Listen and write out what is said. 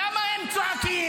למה הם צועקים?